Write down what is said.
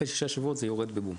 אחרי שישה שבועות זה יורד בבום,